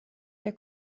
der